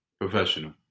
professional